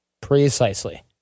Precisely